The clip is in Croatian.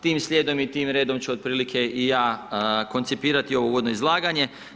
Tim slijedom i tim redom ću otprilike i ja koncipirati ovo uvodno izlaganjem.